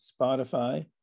Spotify